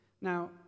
now